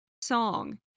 song